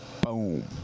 Boom